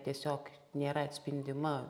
tiesiog nėra atspindima